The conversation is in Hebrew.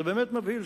זה באמת מבהיל.